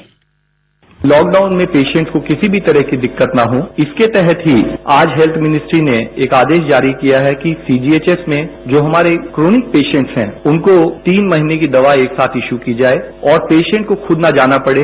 bite Lav Agarwal लॉकडाउनमें patient को किसी भी तरह की दिक्कत ना हो इसके तहत ही आज हैत्थ मिनिस्ट्री नेएक आदेश जारी किया है कि सीजीएचएस में जो हमारे क्रोनिक पेशेन्ट हैं उनको तीन महीनेकी दवाई एक साथ इश्यू की जाये और पेशेन्ट को खुद ना जाना पड़े